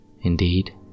Indeed